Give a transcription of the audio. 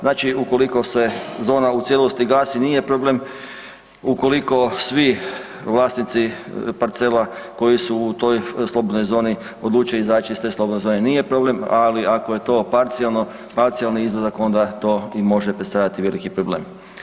Znači, ukoliko se zona u cijelosti gasi, nije problem, ukoliko svi vlasnici parcela koji su u toj slobodnoj zoni odluče izaći iz te slobodne zone, nije problem, ali ako je to parcijalno, parcijalni izlazak, onda to i može predstavljati veliki problem.